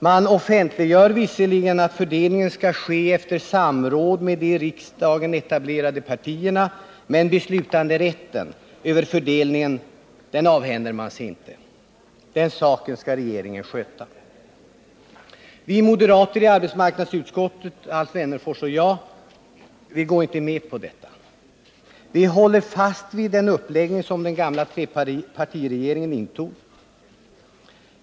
Man offentliggör visserligen att fördelningen skall ske efter samråd med de i riksdagen etablerade partierna, men beslutanderätten över fördelningen avhänder man sig inte. Den saken skall regeringen sköta. Moderaterna i arbetsmarknadsutskottet, Alf Wennerfors och jag, går inte med på detta. Vi håller fast vid den uppläggning som den gamla trepartiregeringen gjorde.